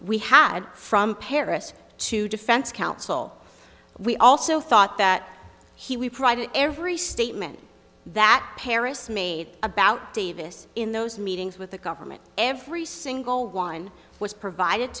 we had from paris to defense counsel we also thought that he would provide every statement that paris made about davis in those meetings with the government every single one was provided